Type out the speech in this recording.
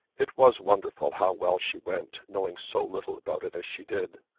it was wonderful how well she went, knowing so little about it as she did.